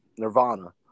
Nirvana